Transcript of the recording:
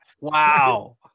Wow